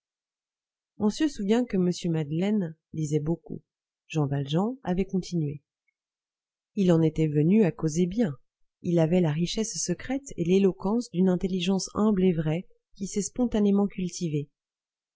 on se souvient que m madeleine lisait beaucoup jean valjean avait continué il en était venu à causer bien il avait la richesse secrète et l'éloquence d'une intelligence humble et vraie qui s'est spontanément cultivée